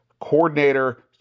coordinator